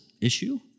issue